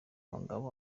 mugambi